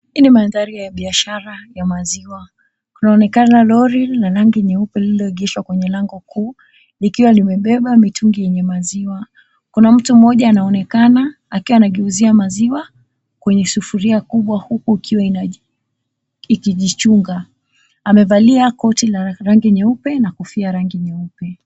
Hili ni mandhari ya biashara ya maziwa. 𝐼𝑛𝑎𝑜𝑛𝑒𝑘𝑎𝑛𝑎 𝑙ori la rangi nyeupe lililoegeshwa kwenye lango kuu, likiwa limebeba mitungi yenye maziwa. Kuna mtu mmoja 𝑎𝑛𝑎𝑜𝑛𝑒𝑘𝑎𝑛𝑎 akiwa anageuzia maziwa kwenye sufuria kubwa huku ikiwa ikijichunga. Amevalia koti la rangi nyeupe na kofia ya rangi nyeupe.